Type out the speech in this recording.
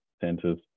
centers